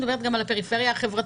אני מדברת גם על הפריפריה החברתית.